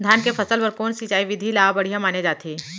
धान के फसल बर कोन सिंचाई विधि ला बढ़िया माने जाथे?